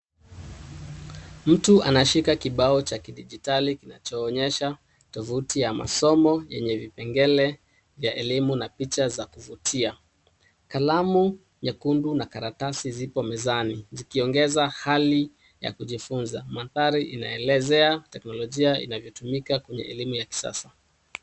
Mtu anashika kibao cha kidijitali kinachoonyesha tovuti ya masomo yenye vipengele vya elimu na picha za kuvutia . Kalamu nyekundu na karatasi zipo mezani zikiongeza hali ya kujifunza. Mandhari inaelezea teknolojia inavyotumika kwenye elimu ya kisasa.